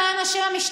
למען השם,